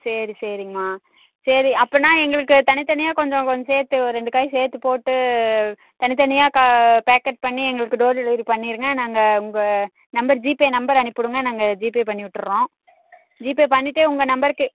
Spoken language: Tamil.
சரி சரிங்மா சரி அப்போன்னா எங்களுக்கு தனித்தனியாக கொஞ்சம் கொஞ் சேர்த்து ஒரு ரெண்டு காய் சேர்த்து போட்டு தனித்தனியாக கா பேக்கெட் பண்ணி எங்களுக்கு டோர் டெலிவரி பண்ணிருங்க நாங்கள் உங்கள் நம்பர் ஜிபே நம்பர் அனுப்பிவிடுங்க நாங்கள் ஜிபே பண்ணிவிட்டுறோம் ஜிபே பண்ணிவிட்டு உங்கள் நம்பருக்கு